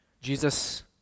Jesus